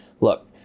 look